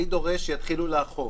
אני דורש שיתחילו לאכוף.